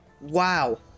Wow